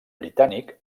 britànic